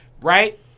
Right